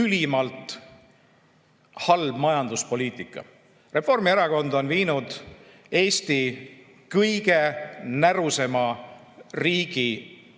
ülimalt halb majanduspoliitika. Reformierakond on viinud Eesti kõige närusema riigi nimekirja